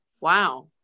Wow